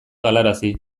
galarazi